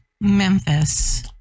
Memphis